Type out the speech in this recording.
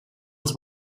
als